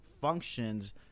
functions